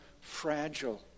fragile